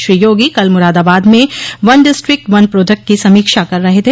श्री योगी कल मुरादाबाद में one district one product की समीक्षा कर रहे थे